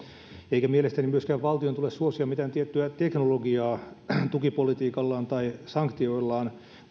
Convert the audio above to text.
eikä mielestäni myöskään valtion tule suosia mitään tiettyä teknologiaa tukipolitiikallaan tai sanktioillaan